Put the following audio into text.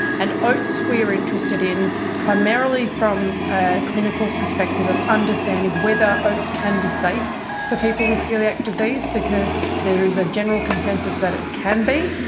and oats we are interested in primarily from a clinical perspective of understanding whether oats can be safe for people with coeliac disease because there is a general consensus that it can be.